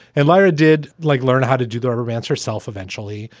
and lara did like learn how to do the rubber bands herself eventually.